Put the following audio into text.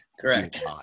Correct